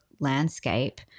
landscape